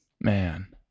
Man